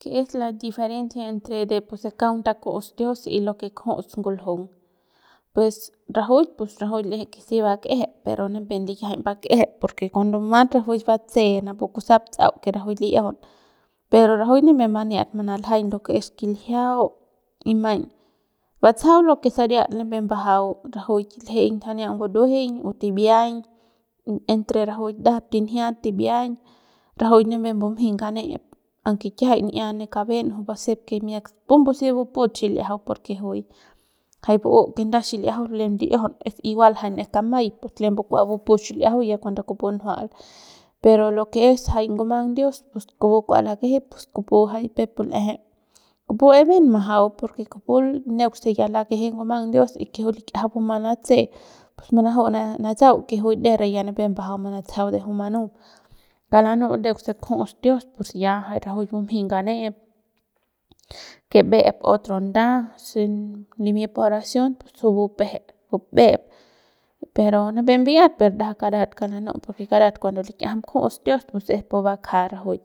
Que es la diferencia entre de pu se kaung takus dios y que k'juts nguljung pues rajuik pus rajuik l'eje que si bak'ejep pero nipep likiajay mbak'ejep porque cuando mat rajuik batse napu kusap tsa'au que rajuik li'iajaun pero rajuik nipep mbaniat manaljaiñ lo que es kiljiau y maiñ batsajau lo es saria nipep mbajau rajuik ljeiñ saria nguruejeiñ o tibiañ entre rajuik ndajap tinjiat timbiañ rajuik nipep mbumjey nganep aunque kiajay n'ia ne kaben juy basep que miak pumbu si baput xil'iajau porque juy jay bu'u que nda xil'iajau que lem li'iajaun es igual que ne kamai kua bupu xil'iajau ya cuando kua kupu njual pero lo que es jay ngumang dios pus kupu kua lakeje kupu jay peuk pu l'eje kupu es bien majau porke kupu neuk se ya lakeje ngumang dios y que juy lik'iajam bumang latse pus juy manaju'u manatsau que nderre ya nipep mbajau mantsajau de juy manup kauk lanu'u ndeuk se kjuts dios ya rajuik bumjey nganep que mbe'ep otro nda se limip oracion pus juy bupeje juy mbe'ep pero nipep mbi'iat per ndajap karat kauk lanu'ut porque karat cuando lik'iajam kjuts dios pues es pu bakja rajuik